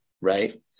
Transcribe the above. right